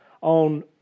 on